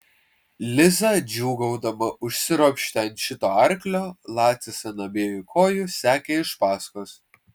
liza džiūgaudama užsiropštė ant šito arklio lacis ant abiejų kojų sekė iš paskos